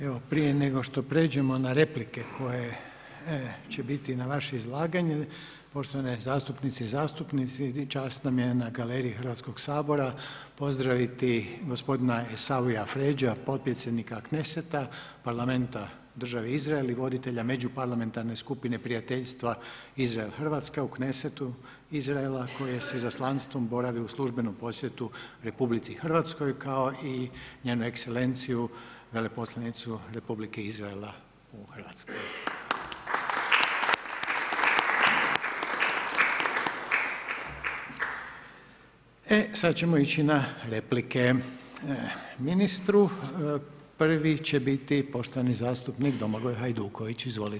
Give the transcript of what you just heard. Evo prije nego što prijeđemo na replike koje će biti na vaše izlaganje, poštovane zastupnice i zastupnici, čast nam je galeriji Hrvatskog sabora pozdraviti gospodina …7Govornik se ne razumije./… potpredsjednika Knesseta, parlamenta u državi Izrael i voditelja međuparlamentarne skupine prijateljstva Izrael-Hrvatska u Knessetu Izraela, koji sa izaslanstvom boravi u službenom posjeti RH kao i njenu Ekselenciju veleposlanicu Republike Izraela u Hrvatskoj. E sad ćemo ići na replike ministru, prvi će biti poštovani zastupnik Domagoj Hajduković, izvolite.